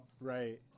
Right